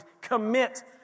commit